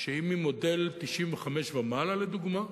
שהיא ממודל 1995 ומעלה לדוגמה,